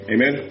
Amen